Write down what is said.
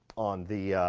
on the.